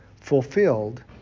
fulfilled